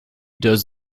does